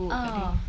ah